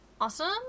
Awesome